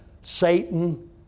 Satan